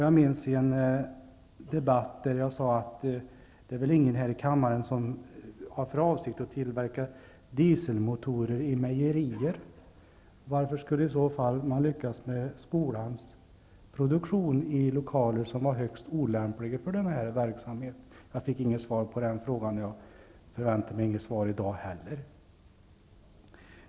Jag minns att jag i en debatt sade att det väl inte var någon som hade för avsikt att tillverka dieselmotorer i mejerier. Varför skulle man i så fall lyckas med skolans produktion, i lokaler som är högst olämpliga för dess verksamhet? Jag fick inget svar på den frågan, och jag förväntar mig inte något svar i dag heller.